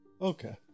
Okay